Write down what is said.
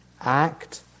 act